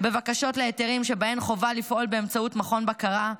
בבקשות להיתרים שבהן חובה לפעול באמצעות מכון בקרה,